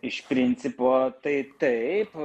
iš principo tai taip